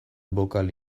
bokal